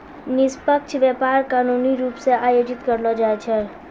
निष्पक्ष व्यापार कानूनी रूप से आयोजित करलो जाय छै